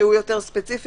שהוא יותר ספציפי,